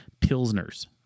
Pilsners